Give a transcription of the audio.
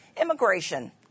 immigration